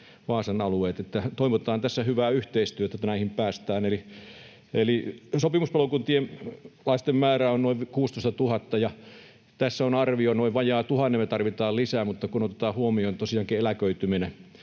Vaasan alueet. Toivotaan tässä hyvää yhteistyötä, että näihin päästään. Eli sopimuspalokuntalaisten määrä on noin 16 000, ja tässä on arvio, että noin vajaa 1 000 me tarvitaan lisää, kun otetaan huomioon tosiaankin eläköityminen